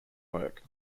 work